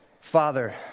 Father